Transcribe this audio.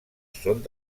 són